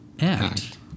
act